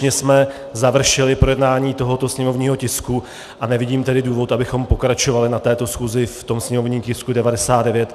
Úspěšně jsme završili projednání tohoto sněmovního tisku, nevidím tedy důvod, abychom pokračovali na této schůzi v tom sněmovním tisku 99.